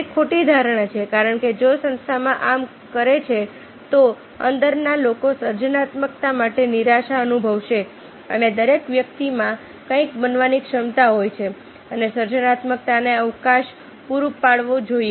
તે ખોટી ધારણા છે કારણ કે જો સંસ્થા આમ કરે છે તો અંદરના લોકો સર્જનાત્મકતા માટે નિરાશા અનુભવશે અને દરેક વ્યક્તિમાં કંઈક બનાવવાની ક્ષમતા હોય છે અને સર્જનાત્મકતાને અવકાશ પૂરો પાડવો જોઈએ